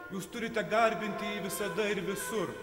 jūs turite garbinti jį visada ir visur